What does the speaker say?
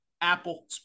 Apple